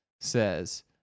says